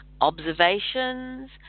observations